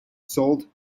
sold